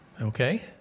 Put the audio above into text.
Okay